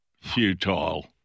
futile